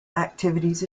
activities